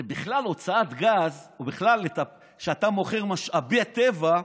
זה בכלל, הוצאת גז, כשאתה מוכר משאבי טבע,